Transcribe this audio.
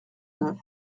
neuf